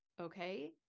Okay